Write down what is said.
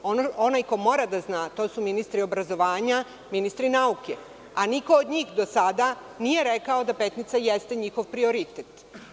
Onaj ko mora da zna, to su ministri obrazovanja, ministri nauke, a niko od njih do sada nije rekao da Petnica jeste njihov prioritet.